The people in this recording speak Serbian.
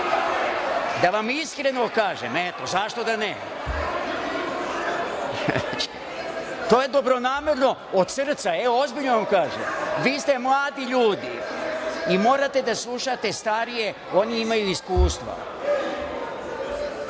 da vam iskreno kažem, zašto da ne. To je dobronamerno, od srca, ozbiljno vam kažem. Vi ste mladi ljudi i treba da slušate starije, oni imaju